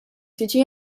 tiġi